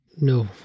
no